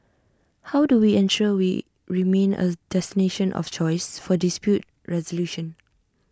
how do we ensure we remain A destination of choice for dispute resolution